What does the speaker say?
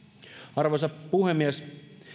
arvoisa puhemies